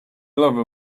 love